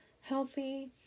healthy